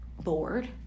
bored